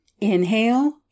Inhale